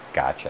Gotcha